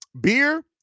beer